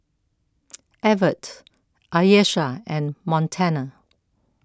Evertt Ayesha and Montana